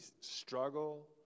struggle